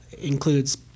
includes